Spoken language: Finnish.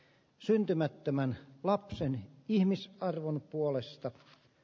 syntymättömän lapsen ihmisen arvon puolesta